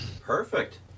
Perfect